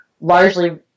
largely